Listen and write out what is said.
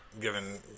Given